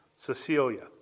Cecilia